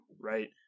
right